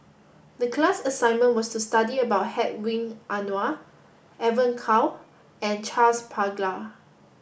the class assignment was to study about Hedwig Anuar Evon Kow and Charles Paglar